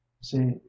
see